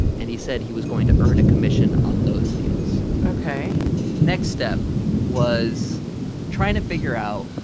and he said he was going to earn a commission on those deals ok next step was trying to figure out,